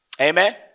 Amen